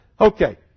Okay